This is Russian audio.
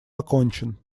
окончен